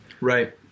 Right